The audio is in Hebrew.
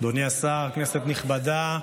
אדוני השר, כנסת נכבדה,